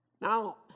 Now